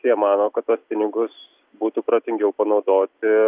jie mano kad tuos pinigus būtų protingiau panaudoti